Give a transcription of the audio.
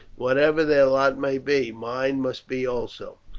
whatever their lot may be, mine must be also.